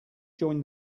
joined